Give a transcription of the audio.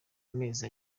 amezi